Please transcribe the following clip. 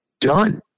done